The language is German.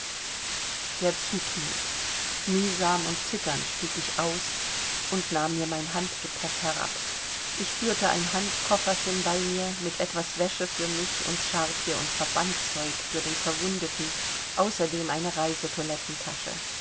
der zug hielt mühsam und zitternd stieg ich aus und nahm mir mein handgepäck herab ich führte ein handkofferchen bei mir mit etwas wäsche für mich und charpie und verbandzeug für den verwundeten außerdem eine